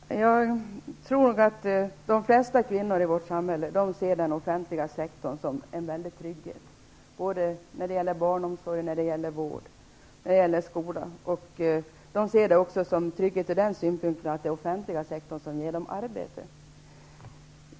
Herr talman! Jag tror nog att de flesta kvinnorna i vårt samhälle ser den offentliga sektorn som en väldig trygghet när det gäller barnomsorg, när det gäller vård och när det gäller skola, och de ser det som en trygghet också ur den synpunkten att det är den offentliga sektorn som ger dem arbete.